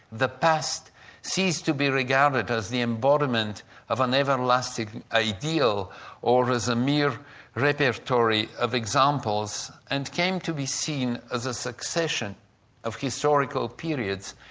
the past ceased to be regarded as the embodiment of an everlasting ideal or as a mere repertory of examples and came to be seen as a succession of historical periods,